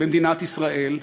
במדינת ישראל.